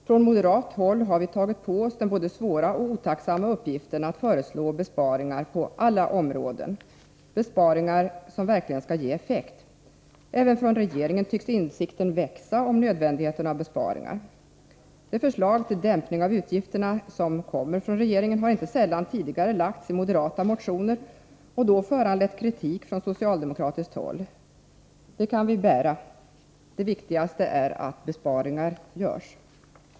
Från moderat håll har vi tagit på oss den både svåra och otacksamma uppgiften att föreslå besparingar på alla områden, besparingar som verkligen skall ge effekt. Även hos regeringen tycks insikten om nödvändigheten av besparingar växa. De förslag till dämpning av utgifterna som kommer från regeringen har inte sällan tidigare lagts fram i moderata motioner och då föranlett kritik från socialdemokratiskt håll. Det kan vi bära. Det viktigaste är att besparingar görs.